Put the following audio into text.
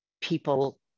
people